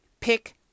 Pick